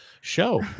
show